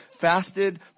fasted